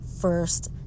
first